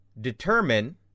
determine